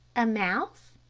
a mouse.